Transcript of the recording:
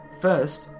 First